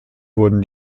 wurden